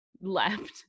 left